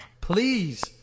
please